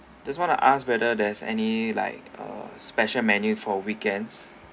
just want to ask whether there's any like uh special menu for weekends